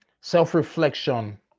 self-reflection